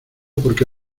porque